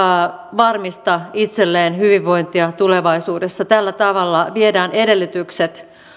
varmista itselleen hyvinvointia tulevaisuudessa tällä tavalla viedään edellytykset